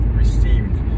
received